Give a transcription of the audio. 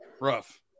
rough